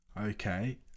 Okay